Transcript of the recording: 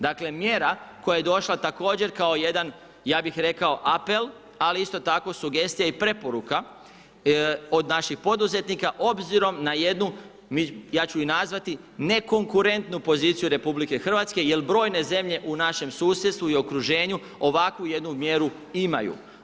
Dakle, mjera koja je došla također kao jedan, ja bih rekao apel, ali isto tako sugestija i preporuka od naših poduzetnika obzirom na jednu, ja ću je nazvati nekonkurentnu poziciju RH jel brojne zemlje u našem susjedstvu i okruženju ovakvu jednu mjeru imaju.